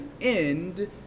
end